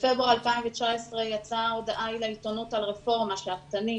בפברואר 2019 יצאה הודעה לעיתונות על רפורמה שאפתנית